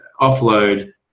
offload